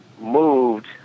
moved